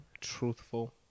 truthful